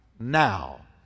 now